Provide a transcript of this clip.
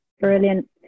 Brilliant